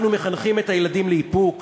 אנחנו מחנכים את הילדים לאיפוק,